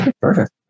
Perfect